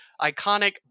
iconic